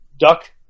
duck